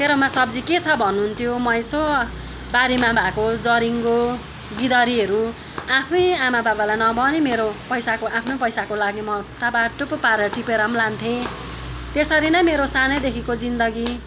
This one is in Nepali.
तेरामा सब्जी के छ भन्नु हुन्थ्यो म यसो बारीमा भएको जरिङ्गो गिदरीहरू आफै आमा बाबालाई नभनि मेरो पैसाको आफ्नै पैसाको लागि म टपाटुपु पारेर टिपेर पनि लान्थेँ त्ससरी नै देखिन मेरो सानैदेखिको जिन्दगी